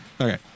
Okay